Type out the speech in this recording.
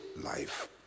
life